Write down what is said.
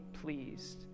pleased